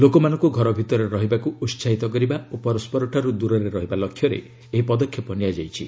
ଲୋକମାନଙ୍କୁ ଘର ଭିତରେ ରହିବାକୁ ଉତ୍କାହିତ କରିବା ଓ ପରସ୍କରଠାରୁ ଦୂରରେ ରହିବା ଲକ୍ଷ୍ୟରେ ଏହି ପଦକ୍ଷେପ ନିଆଯାଇଛି